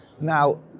Now